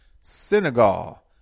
Senegal